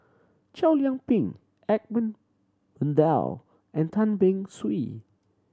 Chow Yian Ping Edmund Blundell and Tan Beng Swee